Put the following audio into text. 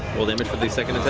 roll damage for the second